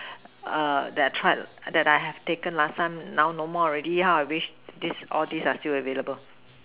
that I tried that I have taken last time no more already how I wish all this all these are still available